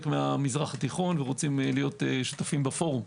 מהמזרח התיכון ורוצים להיות שותפים בפורום.